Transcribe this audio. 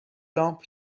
لامپ